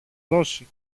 δώσει